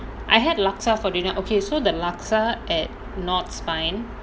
I had laksa for dinner okay so the laksa at north spine